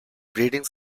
breeding